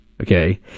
Okay